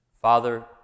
Father